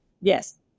Yes